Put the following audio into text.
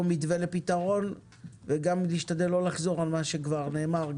מתווה לפתרון וגם להשתדל לא לחזור על מה שכבר נאמר,